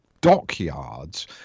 dockyards